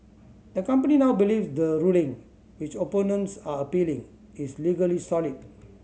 the company now believes the ruling which opponents are appealing is legally solid